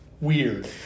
weird